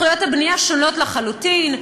זכויות הבנייה שונות לחלוטין,